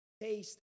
taste